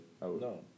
No